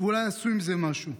ואולי יעשו עם זה משהו.